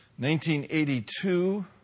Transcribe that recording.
1982